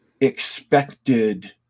expected